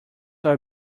are